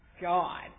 God